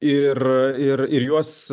ir ir juos